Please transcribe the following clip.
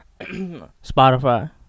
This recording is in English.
spotify